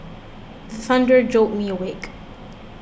the thunder jolt me awake